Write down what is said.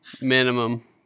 Minimum